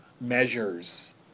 Measures